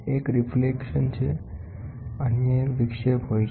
એક રીફ્રેક્શન છેઅન્ય એક વિક્ષેપ હોઈ છે